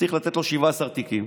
שהיות ויש איתו הסכם,